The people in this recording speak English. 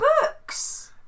books